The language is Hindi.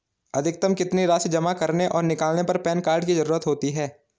अधिकतम कितनी राशि जमा करने और निकालने पर पैन कार्ड की ज़रूरत होती है?